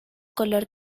color